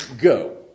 go